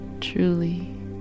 truly